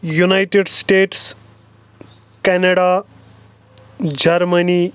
united states Canada Germany